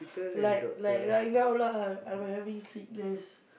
like like right now lah I'm I'm having sickness